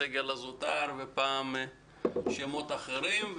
הסגל הזוטר ופעם שמות אחרים.